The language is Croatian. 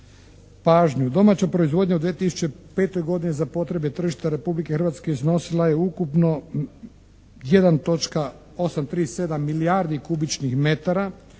pažnju. Domaća proizvodnja u 2005. godini za potrebe tržišta Republike Hrvatske iznosila je ukupno 1.837 milijardi kubičnih metara